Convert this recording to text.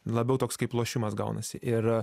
labiau toks kaip lošimas gaunasi ir